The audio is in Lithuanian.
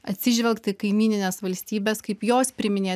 atsižvelgta į kaimynines valstybes kaip jos priiminėja